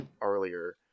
earlier